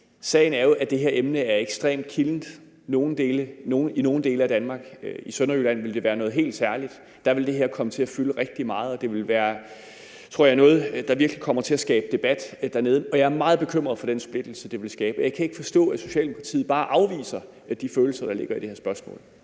Sagen er jo, at det her emne er ekstremt kildent i nogle dele af Danmark. I Sønderjylland vil det være noget helt særligt. Der vil det her komme til at fylde rigtig meget, og jeg tror, det vil være noget, der virkelig kommer til at skabe debat dernede, og jeg er meget bekymret for den splittelse, det vil skabe. Og jeg kan ikke forstå, at Socialdemokratiet bare afviser de følelser, der ligger i det her spørgsmål.